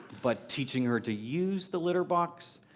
but teaching her to use the litter box,